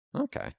okay